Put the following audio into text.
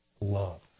love